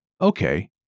Okay